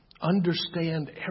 understand